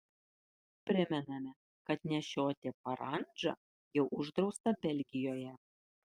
primename kad nešioti parandžą jau uždrausta belgijoje